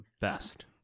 best